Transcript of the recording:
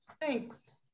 Thanks